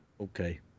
Okay